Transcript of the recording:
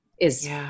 is-